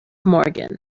morgan